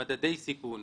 ממדי סיכון,